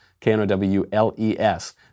K-N-O-W-L-E-S